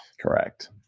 Correct